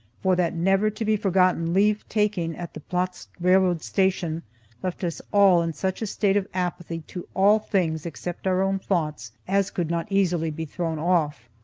for that never-to-be-forgotten leave taking at the plotzk railway station left us all in such a state of apathy to all things except our own thoughts as could not easily be thrown off.